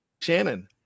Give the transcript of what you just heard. Shannon